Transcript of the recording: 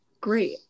great